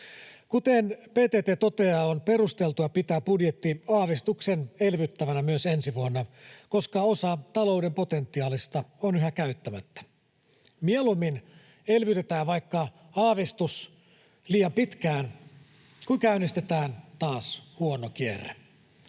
Kuten PTT toteaa, on perusteltua pitää budjetti aavistuksen elvyttävänä myös ensi vuonna, koska osa talouden potentiaalista on yhä käyttämättä. Mieluummin elvytetään vaikka aavistus liian pitkään kuin käynnistetään taas huono kierre.